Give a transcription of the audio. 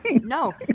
No